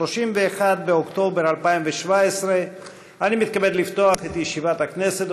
31 באוקטובר 2017. אני מתכבד לפתוח את ישיבת הכנסת.